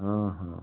हाँ हाँ